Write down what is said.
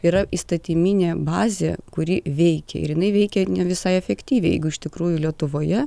yra įstatyminė bazė kuri veikia ir jinai veikia ne visai efektyviai jeigu iš tikrųjų lietuvoje